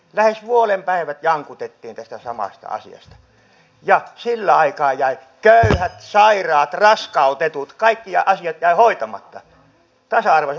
lähes vuoden päivät jankutettiin tästä samasta asiasta ja sillä aikaa jäivät köyhät sairaat raskautetut kaikki asiat jäivät hoitamatta tasa arvoisen avioliittolain kustannuksella